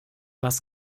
was